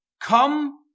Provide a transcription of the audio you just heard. come